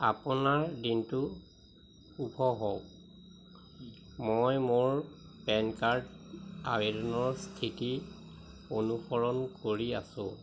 আপোনাৰ দিনটো শুভ হওক মই মোৰ পেন কাৰ্ড আবেদনৰ স্থিতি অনুসৰণ কৰি আছোঁ